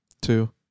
Two